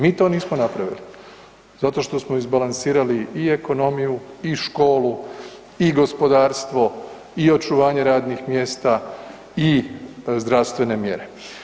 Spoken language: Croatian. Mi to nismo napravili zato što smo izbalansirali i ekonomiju i školu i gospodarstvo i očuvanje radnih mjesta i zdravstvene mjere.